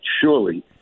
surely